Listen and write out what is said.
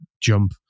jump